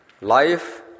life